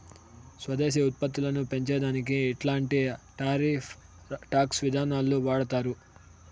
స్వదేశీ ఉత్పత్తులని పెంచే దానికి ఇట్లాంటి టారిఫ్ టాక్స్ విధానాలు వాడతారు